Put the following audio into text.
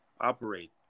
operate